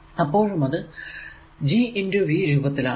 ഇപ്പോഴും അത് G x V രൂപത്തിൽ ആണ്